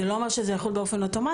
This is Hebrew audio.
זה לא אומר שזה יחול באופן אוטומטי,